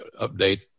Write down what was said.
update